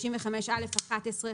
55א11,